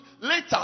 Later